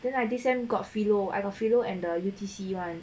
then I this sem got philo I got philo and the U_T_C [one]